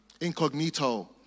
incognito